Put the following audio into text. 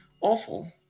awful